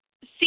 See